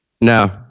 No